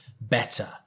better